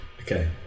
Okay